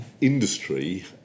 industry